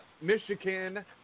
Michigan